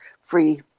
free